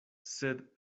sed